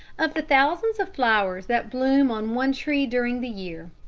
of the thousands of flowers that bloom on one tree during the year,